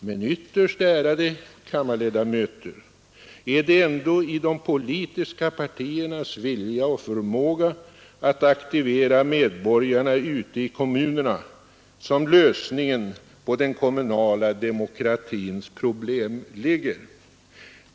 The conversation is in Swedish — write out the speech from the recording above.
——— Men ytterst, ärade kammarledamöter, är det ändå i de politiska partiernas vilja och förmåga att aktivera medborgarna ute i kommunerna som lösningen på den kommunala demokratins problem ligger.